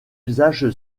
usage